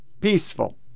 peaceful